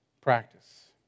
practice